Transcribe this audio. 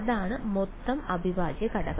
അതാണ് മൊത്തം അവിഭാജ്യഘടകം